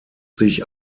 sich